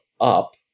up